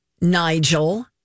Nigel